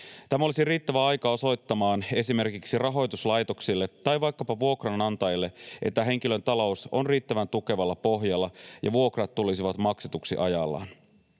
Tämä olisi riittävä aika osoittamaan esimerkiksi rahoituslaitoksille tai vaikkapa vuokranantajille, että henkilön talous on riittävän tukevalla pohjalla ja vuokrat tulisivat maksetuiksi ajallaan.